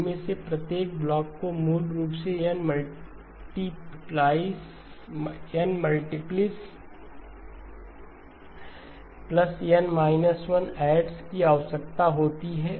इनमें से प्रत्येक ब्लॉक को मूल रूप से N मल्टीप्लीज़ N 1 ऐड की आवश्यकता होती है